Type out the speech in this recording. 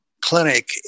Clinic